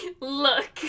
look